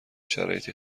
شرایطی